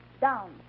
down